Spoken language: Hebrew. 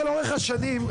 השנים,